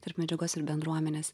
tarp medžiagos ir bendruomenės